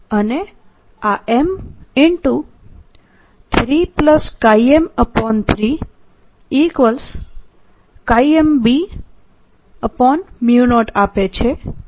અને આ M 3 M3MB0 આપે છે